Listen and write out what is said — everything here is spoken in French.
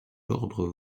d’ordre